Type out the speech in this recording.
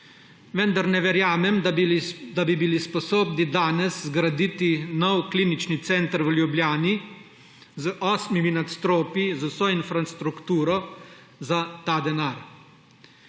Vendar ne verjamem, da bi bili sposobni danes zgraditi nov klinični center v Ljubljani, z osmimi nadstropji, z vso infrastrukturo, za ta denar.